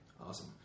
Awesome